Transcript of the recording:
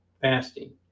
fasting